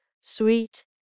sweet